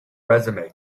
resume